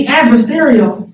adversarial